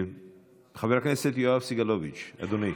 חבר הכנסת יואב סגלוביץ', אדוני,